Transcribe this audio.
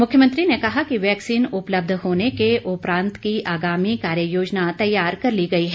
मुख्यमंत्री ने कहा कि वैक्सीन उपलब्ध होने के उपरांत की आगामी कार्य योजना तैयार कर ली गई है